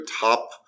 top